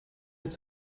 mehr